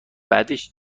بعدش